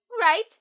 right